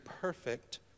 perfect